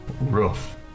Rough